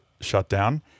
shutdown